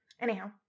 Anyhow